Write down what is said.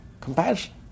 compassion